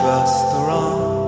Restaurant